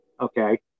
Okay